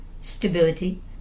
stability